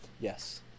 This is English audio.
Yes